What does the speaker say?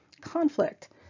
Conflict